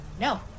no